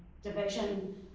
Division